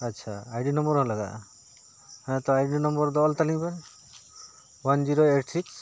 ᱟᱪᱷᱟ ID number ᱦᱚᱸ ᱞᱟᱜᱟᱜᱼᱟ ᱦᱮᱸᱛᱚ ᱟᱭᱰᱤ ᱱᱚᱢᱵᱚᱨ ᱫᱚ ᱚᱞ ᱛᱟᱹᱞᱤᱧᱵᱮᱱ ᱳᱣᱟᱱ ᱡᱤᱨᱳ ᱮᱭᱤᱴ ᱥᱤᱠᱥ